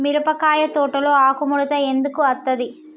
మిరపకాయ తోటలో ఆకు ముడత ఎందుకు అత్తది?